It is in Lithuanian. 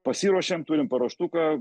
pasiruošėm turim paruoštuką